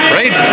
right